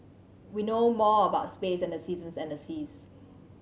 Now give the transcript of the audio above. we know more about space than the seasons and the seas